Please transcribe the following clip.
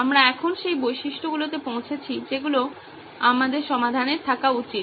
আমরা এখন সেই বৈশিষ্ট্যগুলিতে পৌঁছেছি যেগুলো আমাদের সমাধানের থাকা উচিত